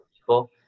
people